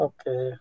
Okay